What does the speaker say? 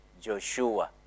Joshua